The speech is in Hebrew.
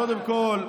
קודם כול,